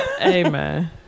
Amen